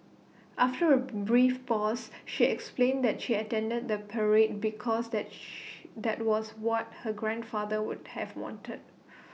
after A brief pause she explained that she attended the parade because that shh that was what her grandfather would have wanted